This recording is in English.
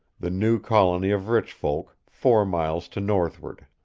the new colony of rich folk, four miles to northward.